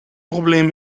problem